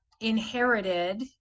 inherited